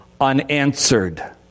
unanswered